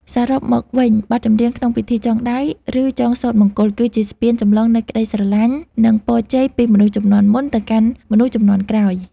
សរុបមកវិញ បទចម្រៀងក្នុងពិធីចងដៃ ឬចងសូត្រមង្គល គឺជាស្ពានចម្លងនូវក្តីស្រឡាញ់ និងពរជ័យពីមនុស្សជំនាន់មុនទៅកាន់មនុស្សជំនាន់ក្រោយ។